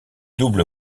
double